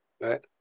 Right